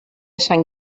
sant